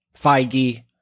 Feige